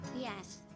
Yes